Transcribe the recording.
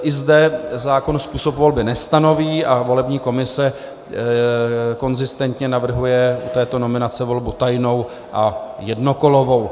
I zde zákon způsob volby nestanoví a volební komise konzistentně navrhuje u této nominace volbu tajnou a jednokolovou.